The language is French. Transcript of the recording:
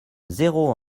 zéro